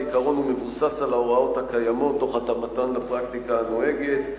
בעיקרון הוא מבוסס על ההוראות הקיימות תוך התאמתן לפרקטיקה הנוהגת.